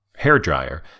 hairdryer